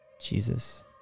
Jesus